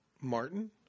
Martin